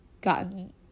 gotten